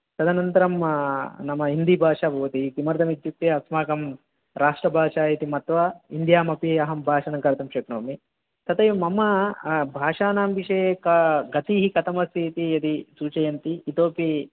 तदनन्तरं नाम हिन्दीभाषा भवति किमर्थमित्युक्ते अस्माकं राष्ट्रभाषा इति मत्वा हिन्द्यामपि अहं भाषणं कर्तुं शक्नोमि तथैव मम भाषानां विषये का गतिः कथमस्ति इति सूचयन्ति इतोऽपि